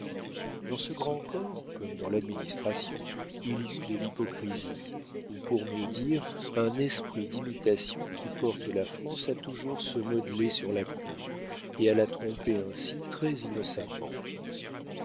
dans ce grand corps comme dans l'administration il y eut de l'hypocrisie ou pour mieux dire un esprit d'imitation qui porte la france à toujours se modeler sur la cour et à la tromper ainsi très innocemment